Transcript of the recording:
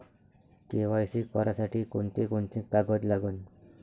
KYC करासाठी कोंते कोंते कागद लागन?